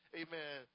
amen